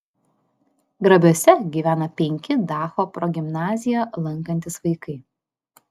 grabiuose gyvena penki dacho progimnaziją lankantys vaikai